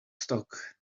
stock